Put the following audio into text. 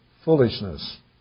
foolishness